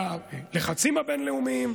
והלחצים הבין-לאומיים,